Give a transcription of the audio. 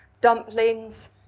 dumplings